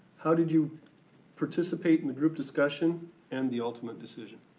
how did you participate in the group's discussion and the ultimate decision?